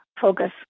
focus